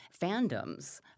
fandoms